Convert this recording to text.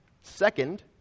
second